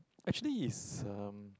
actually is um